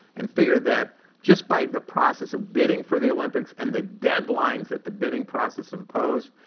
and figured that just by the process of bidding for the olympics and the deadlines that the bidding process imposed,